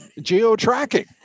geo-tracking